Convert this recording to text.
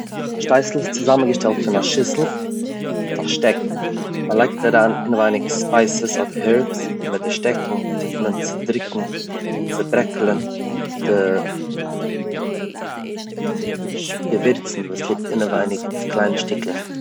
א שטייסל איז צוזאמענגעשטעלט פון א שיסל מיט א שטעקן, מ'לייגט אריין אינעווייניג ספייסעס אדער הערבס און מיט די שטעקן טוט מען צודרוקן און צוברעקלען די געווירצן וואס ליגט אינעווייניג אויף קליינע שטיקלעך.